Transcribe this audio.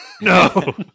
No